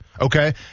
Okay